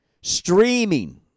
streaming